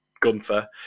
Gunther